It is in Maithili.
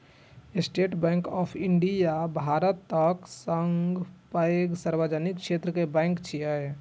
स्टेट बैंक ऑफ इंडिया भारतक सबसं पैघ सार्वजनिक क्षेत्र के बैंक छियै